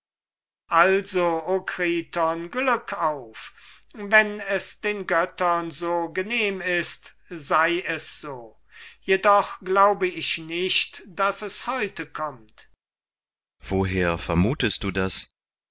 also o kriton glück auf wenn es den göttern so genehm ist sei es so jedoch glaube ich nicht daß es heute kommt kriton woher vermutest du das